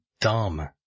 dumb